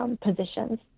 positions